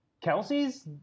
Kelsey's